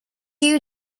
you